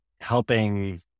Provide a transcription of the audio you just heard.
helping